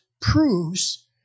proves